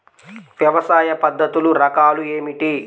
వ్యవసాయ పద్ధతులు రకాలు ఏమిటి?